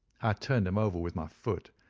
i turned him over with my foot,